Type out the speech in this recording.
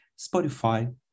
Spotify